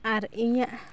ᱟᱨ ᱤᱧᱟᱹᱜ